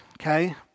okay